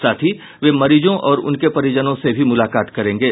साथ ही वे मरीजों और उनके परिजनों से भी मूलाकात करेंगे